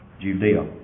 Judea